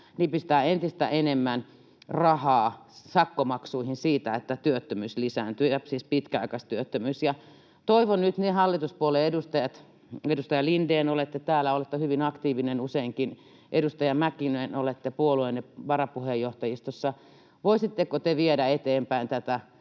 nipistää entistä enemmän rahaa sakkomaksuihin siitä, että työttömyys lisääntyy, siis pitkäaikaistyöttömyys. Toivon nyt, ne hallituspuolueiden edustajat — edustaja Lindén, olette täällä, olette hyvin aktiivinen useinkin, edustaja Mäkinen, olette puolueenne varapuheenjohtajistossa: voisitteko te viedä eteenpäin tätä